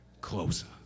closer